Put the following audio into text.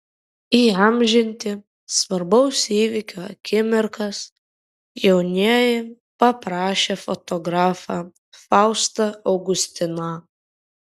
įamžinti svarbaus įvykio akimirkas jaunieji paprašė fotografą faustą augustiną